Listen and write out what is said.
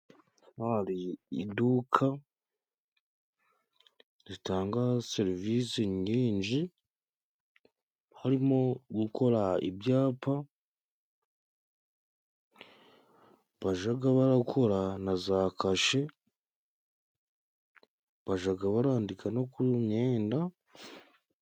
Hari iduka zitanga serivisi nyinshi harimo gukora ibyapa, bajaga barakora na za kashe, bajaga barandika no ku myenda.